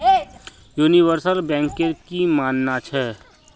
universal banker की मानना छ